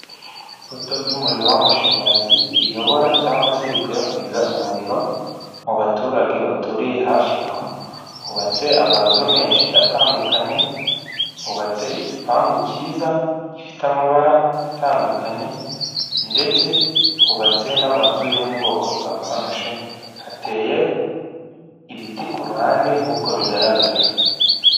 Ipoto ry'umuriro w'amashanyarazi riyobora cyangwa se rikwirakwiza umuriro mu baturage baturiye hafi aho. Hubatse amazu menshi atandukanye, hubatse igipangu cyiza gifite amabara atandukanye, ndetse hubatse n'amazu yo mu bwoko bwa konoshi, hateye ibiti ku ruhande nk'uko bigararaga.